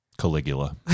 Caligula